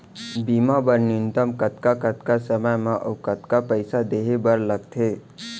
बीमा बर न्यूनतम कतका कतका समय मा अऊ कतका पइसा देहे बर लगथे